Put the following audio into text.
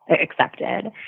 accepted